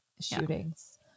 shootings